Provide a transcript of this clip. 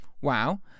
wow